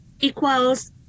equals